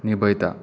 निभयता